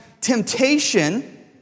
temptation